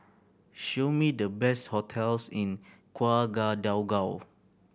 show me the best hotels in Ouagadougou